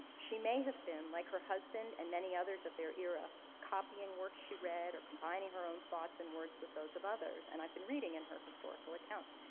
she may have been like her husband and many others of their era copying work she read or combining her own thoughts and words with those of others. and i've been reading in her historical accounts.